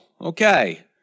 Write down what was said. okay